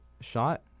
shot